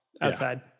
outside